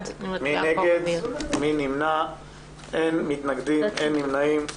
הצבעה אושר אין מתנגדים, אין נמנעים,